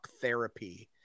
therapy